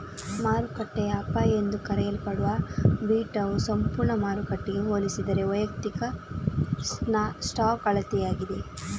ಮಾರುಕಟ್ಟೆಯ ಅಪಾಯ ಎಂದೂ ಕರೆಯಲ್ಪಡುವ ಬೀಟಾವು ಸಂಪೂರ್ಣ ಮಾರುಕಟ್ಟೆಗೆ ಹೋಲಿಸಿದರೆ ವೈಯಕ್ತಿಕ ಸ್ಟಾಕ್ನ ಅಳತೆಯಾಗಿದೆ